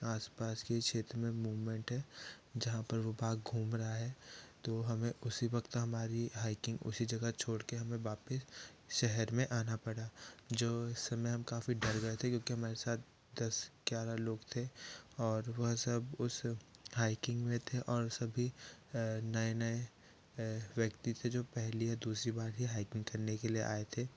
आसपास के क्षेत्र में मूवमेंट है जहाँ पर वो बाघ घूम रहा है तो हमें उसी वक्त हमारी हाइकिंग उसी जगह छोड़ कर हमें वापस शहर में आना पड़ा जो इस समय हम काफी डर गए थे क्योंकि हमारे साथ दस ग्यारह लोग थे और वह सब उस हाइकिंग में थे और सभी नए नए व्यक्ति थे जो पहली या दूसरी बार ही हाइकिंग करने के लिए आए थे